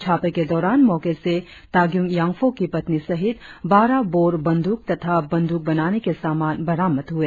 छापे के दौरान मौके से ताक्युंग यांग्फो की पत्नी सहित बारह बोर बंदुक तथा बंदूक बनाने के सामान बरामद हुए